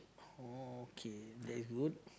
oh okay that is good